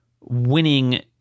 winning